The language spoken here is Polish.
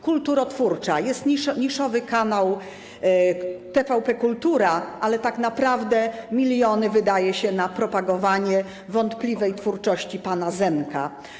Kulturotwórcza - jest niszowy kanał TVP Kultura, ale tak naprawdę miliony wydaje się na propagowanie wątpliwej twórczości pana Zenka.